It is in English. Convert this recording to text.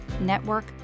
network